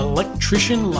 Electrician